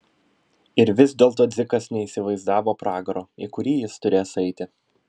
ir vis dėlto dzikas neįsivaizdavo pragaro į kurį jis turės eiti